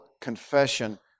confession